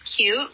Cute